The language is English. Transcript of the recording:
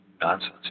nonsense